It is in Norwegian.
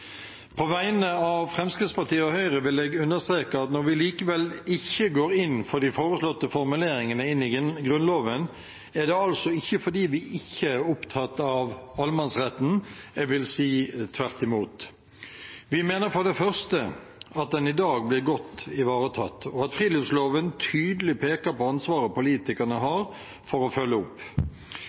På vegne av Fremskrittspartiet og Høyre vil jeg understreke at når vi likevel ikke går inn for å ta de foreslåtte formuleringene inn i Grunnloven, er det altså ikke fordi vi ikke er opptatt av allemannsretten – jeg vil si tvert imot. Vi mener for det første at den i dag blir godt ivaretatt, og at friluftsloven tydelig peker på ansvaret politikerne har for å følge opp.